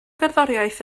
gerddoriaeth